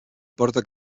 porta